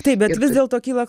taip bet vis dėlto kyla